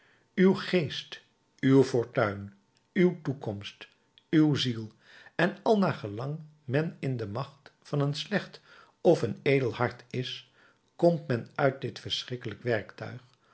uw geest uw fortuin uw toekomst uw ziel en al naar gelang men in de macht van een slecht of een edel hart is komt men uit dit schrikkelijk werktuig